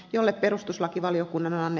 jolle perustuslakivaliokunnan anne